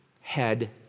head